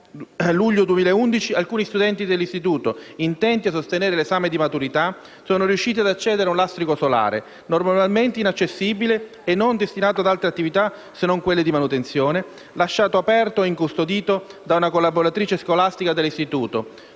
luglio 2011 alcuni studenti dell'istituto, intenti a sostenere l'esame di maturità, sono riusciti ad accedere a un lastrico solare, normalmente inaccessibile e non destinato ad altre attività se non quelle di manutenzione, lasciato aperto e incustodito da una collaboratrice scolastica dell'istituto,